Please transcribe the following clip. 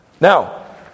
Now